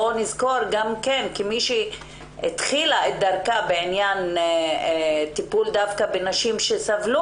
כמי שהתחילה את דרכה בטיפול בנשים שסבלו